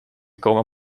komen